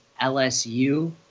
LSU